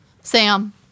Sam